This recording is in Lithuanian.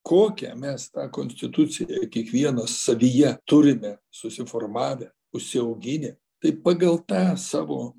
kokią mes tą konstituciją kiekvienas savyje turime susiformavę užsiauginę tai pagal tą savo